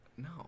No